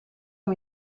amb